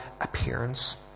appearance